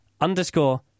underscore